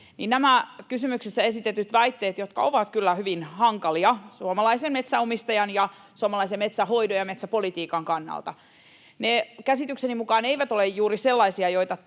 nämä kysymyksessä esitetyt väitteet, jotka ovat kyllä hyvin hankalia suomalaisen metsänomistajan ja suomalaisen metsänhoidon ja metsäpolitiikan kannalta, käsitykseni mukaan eivät ole juuri sellaisia, joita tämä